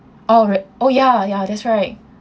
oh re~ oh ya ya that's right